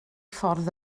ffordd